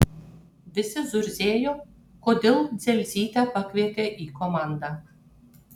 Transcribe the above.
visi zurzėjo kodėl dzelzytę pakvietė į komandą